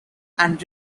and